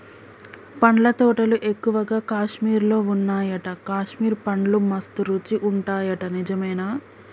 పండ్ల తోటలు ఎక్కువగా కాశ్మీర్ లో వున్నాయట, కాశ్మీర్ పండ్లు మస్త్ రుచి ఉంటాయట నిజమేనా